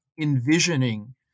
envisioning